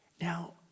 Now